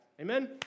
Amen